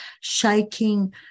shaking